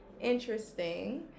interesting